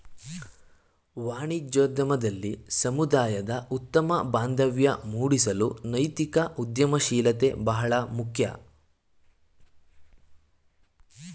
ವಾಣಿಜ್ಯೋದ್ಯಮದಲ್ಲಿ ಸಮುದಾಯದ ಉತ್ತಮ ಬಾಂಧವ್ಯ ಮೂಡಿಸಲು ನೈತಿಕ ಉದ್ಯಮಶೀಲತೆ ಬಹಳ ಮುಖ್ಯ